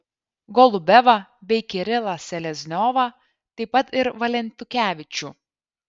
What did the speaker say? golubevą bei kirilą selezniovą taip pat ir valentukevičių